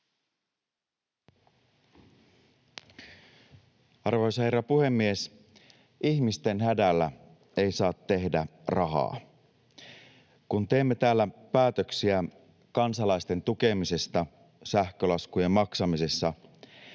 Arvoisa herra puhemies! Ihmisten hädällä ei saa tehdä rahaa. Kun teemme täällä päätöksiä kansalaisten tukemisesta sähkölaskujen maksamisessa,